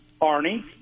Arnie